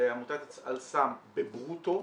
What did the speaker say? לעמותת "אל סם" בברוטו,